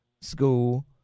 school